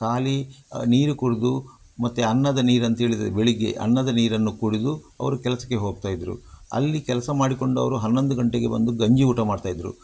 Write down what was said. ಖಾಲಿ ನೀರು ಕುಡಿದು ಮತ್ತು ಅನ್ನದ ನೀರಂಥೇಳಿದ್ರೆ ಬೆಳಗ್ಗೆ ಅನ್ನದ ನೀರನ್ನು ಕುಡಿದು ಅವರು ಕೆಲಸಕ್ಕೆ ಹೋಗ್ತಾಯಿದ್ರು ಅಲ್ಲಿ ಕೆಲಸ ಮಾಡಿಕೊಂಡು ಅವರು ಹನ್ನೊಂದು ಗಂಟೆಗೆ ಬಂದು ಗಂಜಿ ಊಟ ಮಾಡ್ತಾಯಿದ್ರು